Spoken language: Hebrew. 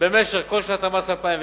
במשך כל שנת המס 2010,